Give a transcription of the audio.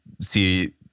see